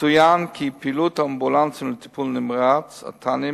יצוין כי פעילות האמבולנסים לטיפול נמרץ, אט"נים,